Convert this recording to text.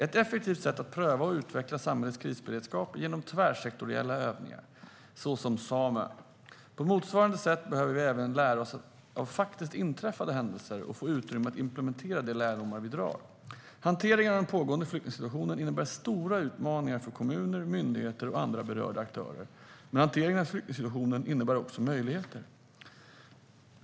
Ett effektivt sätt att pröva och utveckla samhällets krisberedskap är genom tvärsektoriella övningar, såsom Samö. På motsvarande sätt behöver vi även lära oss av faktiskt inträffade händelser och få utrymme att implementera de lärdomar vi drar. Hanteringen av den pågående flyktingsituationen innebär stora utmaningar för kommuner, myndigheter och andra berörda aktörer. Men hanteringen av flyktingsituationen innebär också möjligheter.